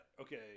okay